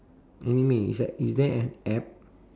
anime it's like is there an app